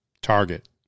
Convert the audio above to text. Target